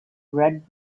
red